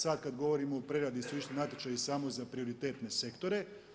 Sad kad govorimo o preradi su išli natječaji samo za prioritetne sektore.